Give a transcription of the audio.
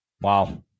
Wow